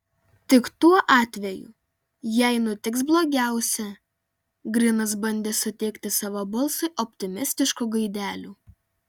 tik tuo atveju jei nutiks blogiausia grinas bandė suteikti savo balsui optimistiškų gaidelių